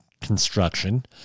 construction